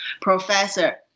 professor